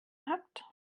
habt